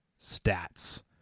stats